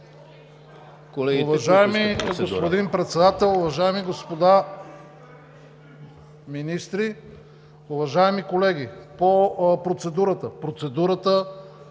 Уважаеми господин Председател, уважаеми господа министри, уважаеми колеги! Процедурата е